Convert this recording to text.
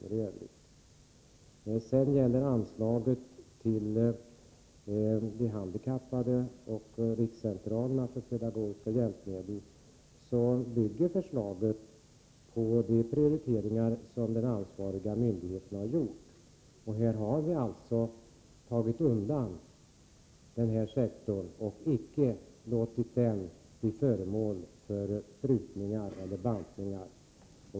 Vad sedan gäller anslaget till de handikappade och rikscentralerna för pedagogiska hjälpmedel bygger förslaget på de prioriteringar som ansvariga myndigheter har gjort. De har alltså tagit undan den sektorn och inte låtit den bli föremål för prutningar.